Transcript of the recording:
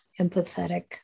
empathetic